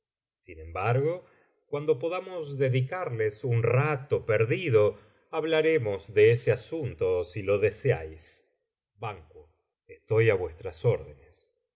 sin embargo cuando podamos dedicarles un rato perdido hablaremos de ese asunto si lo deseáis ban estoy á vuestras órdenes